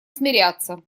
смиряться